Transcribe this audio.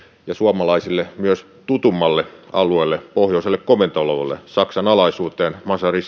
ja suomalaisille myös tutummalle alueelle pohjoiselle komentoalueelle saksan alaisuuteen mazar i